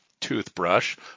Toothbrush